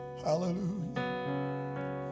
Hallelujah